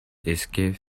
escape